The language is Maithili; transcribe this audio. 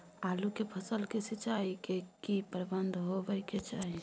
आलू के फसल के सिंचाई के की प्रबंध होबय के चाही?